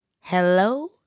Hello